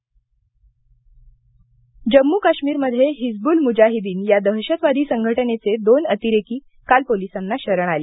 दहशतवादी शरण जम्मू काश्मीरमध्ये हिज्बुल मुजाहिदीन या दहशतवादी संघटनेचे दोन अतिरेकी काल पोलिसांना शरण आले